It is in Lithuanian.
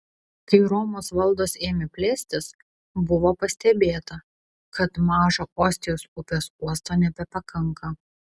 kai romos valdos ėmė plėstis buvo pastebėta kad mažo ostijos upės uosto nebepakanka